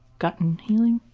gotten healing?